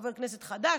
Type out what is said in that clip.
חבר כנסת חדש,